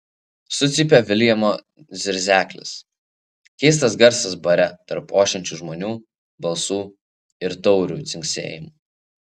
sucypė viljamo zirzeklis keistas garsas bare tarp ošiančių žmonių balsų ir taurių dzingsėjimo